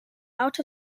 out